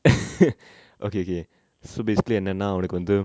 okay okay so basically என்னனா அவனுக்கு வந்து:ennana avanuku vanthu